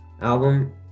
album